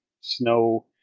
snow